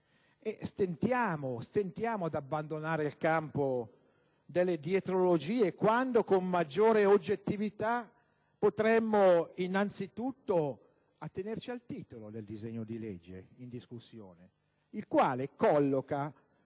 Stentiamo ad abbandonare il campo delle dietrologie quando, con maggiore oggettività, potremmo innanzitutto attenerci al titolo del disegno di legge in discussione, il quale colloca